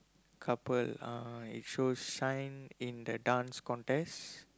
couple ah it shows shine in the Dance Contest